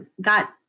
got